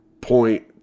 point